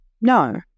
No